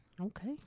Okay